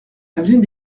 avenue